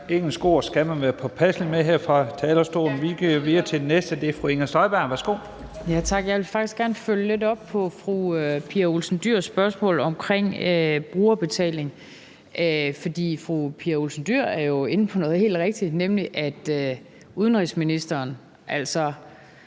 med at bruge engelske ord her fra talerstolen. Vi går videre til den næste, og det er fru Inger Støjberg. Værsgo. Kl. 11:48 Inger Støjberg (DD): Tak for det. Jeg vil faktisk gerne følge lidt op på fru Pia Olsen Dyhrs spørgsmål omkring brugerbetaling. For fru Pia Olsen Dyhr er jo inde på noget helt rigtigt, nemlig at udenrigsministeren, altså